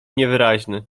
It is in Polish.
niewyraźny